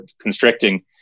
constricting